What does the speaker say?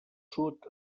sud